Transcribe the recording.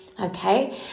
Okay